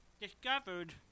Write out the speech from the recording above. discovered